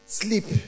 sleep